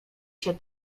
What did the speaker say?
się